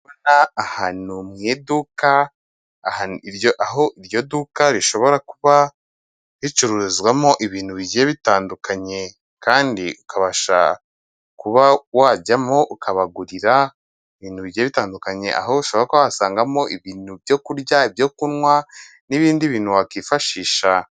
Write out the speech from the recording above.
Ahantu mu iduka aho iryo duka rishobora kuba ricururizwamo ibintu bigiye bitandukanye, kandi ukabasha kuba wajyamo ukabagurira ibintu biiye bitandukanye, aho ushobora kuba wahasangamo ibintu byo kurya, ibyo kunywa n'ibindi bintu wakwifashisha.